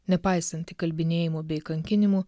nepaisant įkalbinėjimų bei kankinimų